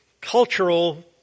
cultural